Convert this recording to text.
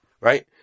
right